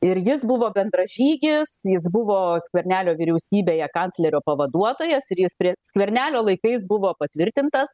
ir jis buvo bendražygis jis buvo skvernelio vyriausybėje kanclerio pavaduotojas ir jis prie skvernelio laikais buvo patvirtintas